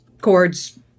chords